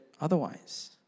otherwise